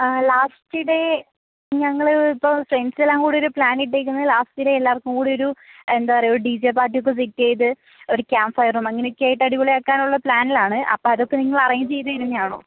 ആ last day ഞങ്ങള് ഇപ്പോൾ ഫ്രണ്ട്സെല്ലാം കൂടിയൊരു പ്ലാനിട്ടേക്കുന്നത് ലാസ്റ്റ് ഡേ എല്ലാവർക്കും കൂടെയൊരു എന്താ പറയുക ഒരു ഡി ജെ പാർട്ടിയൊക്കെ സെറ്റ് ചെയ്ത് ഒരു ക്യാമ്പ് ഫയറും അങ്ങനെയൊക്കെ ആയിട്ട് അടിപൊളി ആക്കാനുള്ള പ്ലാനിലാണ് അപ്പോൾ അതൊക്കെ നിങ്ങള് അറേഞ്ച് ചെയ്ത് തരുന്നതാണോ